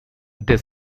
they